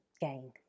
gain